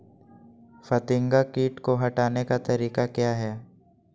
फतिंगा किट को हटाने का तरीका क्या है?